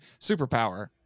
superpower